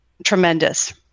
Tremendous